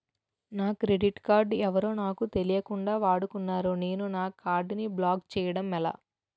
నా credit card ఎవరో నాకు తెలియకుండా వాడుకున్నారు నేను నా కార్డ్ ని బ్లాక్ చేయడం ఎలా?